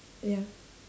ya